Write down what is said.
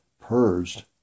purged